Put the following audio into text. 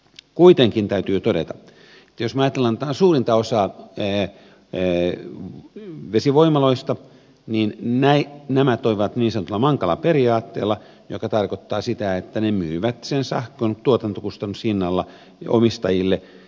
kuitenkin täytyy todeta että jos me ajattelemme suurinta osaa vesivoimaloista niin nämä toimivat niin sanotulla mankala periaatteella mikä tarkoittaa sitä että ne myyvät sen sähkön tuotantokustannushinnalla omistajille